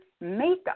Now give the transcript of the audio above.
makeup